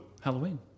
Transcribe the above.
Halloween